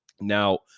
Now